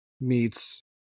meets